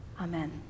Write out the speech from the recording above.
Amen